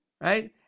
right